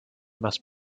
must